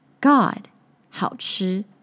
God,好吃